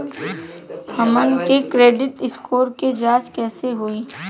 हमन के credit score के जांच कैसे होइ?